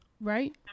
right